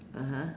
(uh huh)